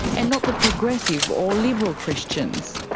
and not the progressive or liberal christians.